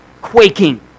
quaking